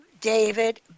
david